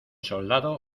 soldado